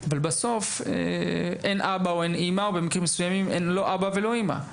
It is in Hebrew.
אבל בסוף אין אבא או אין אימא או במקרים מסוימים אין לא אבא ולא אימא,